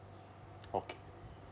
okay